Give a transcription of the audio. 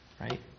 Right